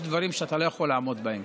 יש דברים שאתה לא יכול לעמוד בהם.